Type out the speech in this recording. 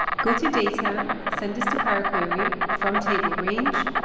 go to data, send this to power query, from table range.